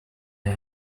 air